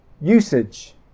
usage